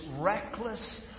reckless